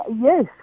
Yes